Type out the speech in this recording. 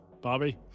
Bobby